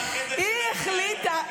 את הכי מאחדת שראיתי היום ----- היא החליטה,